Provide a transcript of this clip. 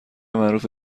معروف